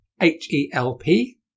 H-E-L-P